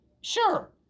Sure